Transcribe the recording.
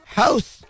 house